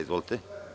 Izvolite.